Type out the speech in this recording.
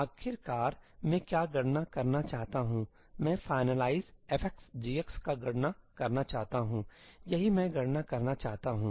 आखिरकार मैं क्या गणना करना चाहता हूं मैं finalizef g का गणना करना चाहता हूंयही मैं गणना करना चाहता हूं